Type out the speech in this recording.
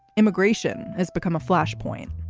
immigration has become a flashpoint.